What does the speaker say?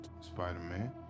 Spider-Man